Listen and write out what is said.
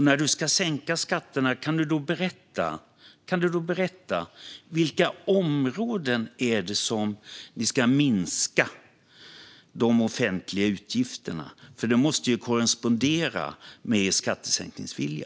När du ska sänka skatterna - kan du då berätta på vilka områden ni ska minska de offentliga utgifterna? Det måste ju korrespondera med er skattesänkningsvilja.